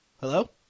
Hello